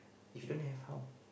if you don't have how